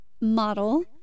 model